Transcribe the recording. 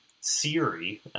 siri